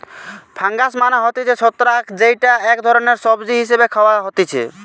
fungus মানে হতিছে ছত্রাক যেইটা এক ধরণের সবজি হিসেবে খাওয়া হতিছে